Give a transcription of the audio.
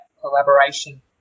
collaboration